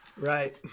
Right